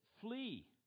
flee